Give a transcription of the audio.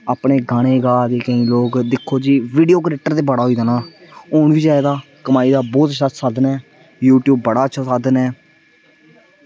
अपने गाने गा दे केईं लोग दिक्खो वीडियो क्रिएटर ते बड़ा होई दा ना होना बी चाहिदा कमाई दा बहुत अच्छा साधन ऐ यूट्यूब बड़ा अच्छा साधन ऐ